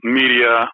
media